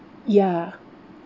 ya